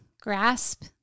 grasp